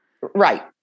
Right